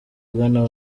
bwana